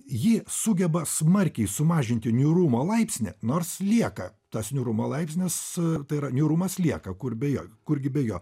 ji sugeba smarkiai sumažinti niūrumo laipsnį nors lieka tas niūrumo laipsnis tai yra niūrumas lieka kur beje kurgi be jo